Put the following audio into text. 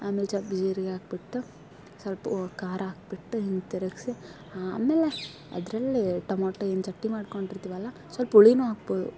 ಆಮೇಲೆ ಜೀರಿಗೆ ಹಾಕಿಬಿಟ್ಟು ಸ್ವಲ್ಪ ಖಾರ ಹಾಕಿಬಿಟ್ಟು ಹಿಂಗೆ ತಿರುಗ್ಸಿ ಆಮೇಲೆ ಅದರಲ್ಲಿ ಟೊಮೋಟೊ ಏನು ಚಟ್ನಿ ಮಾಡ್ಕೊಂಡಿರ್ತೀವಲ್ಲ ಸ್ವಲ್ಪ ಹುಳಿಯೂ ಹಾಕ್ಬೋದು